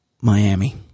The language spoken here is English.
Miami